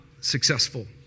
successful